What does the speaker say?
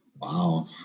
Wow